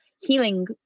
healing